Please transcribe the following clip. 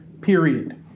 Period